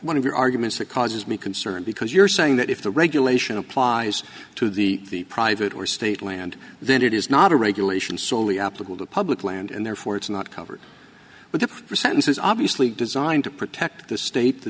one of your arguments that causes me concern because you're saying that if the regulation applies to the private or state land then it is not a regulation soley optical to public land and therefore it's not covered but the sentence is obviously designed to protect the state the